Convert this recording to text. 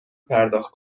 پرداخت